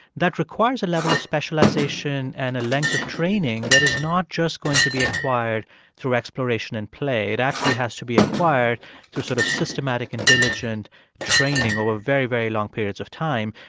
that requires a level of specialization and a length of training that is not just going to be acquired through exploration and play. it actually has to be acquired through sort of systematic and diligent training over very, very long periods of time.